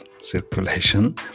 circulation